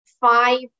five